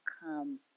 come